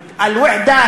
יגדל.